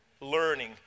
learning